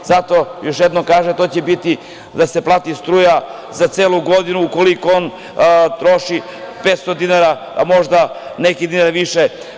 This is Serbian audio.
Zato, još jednom kažem, to će biti da se plati struja za celu godinu, ukoliko on troši 500 dinara, a možda i neki dinar više.